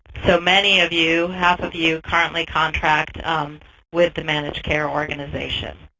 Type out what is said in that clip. so many of you, half of you currently contract with the managed care organization.